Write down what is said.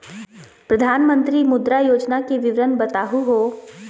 प्रधानमंत्री मुद्रा योजना के विवरण बताहु हो?